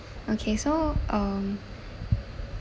okay so um